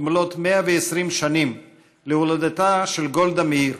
מלאות 120 שנים להולדתה של גולדה מאיר,